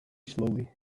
slowly